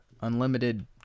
Unlimited